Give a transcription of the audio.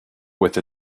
with